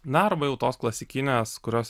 na arba jau tos klasikinės kurios